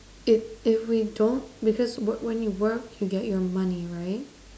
if if we don't because when you work you get your money right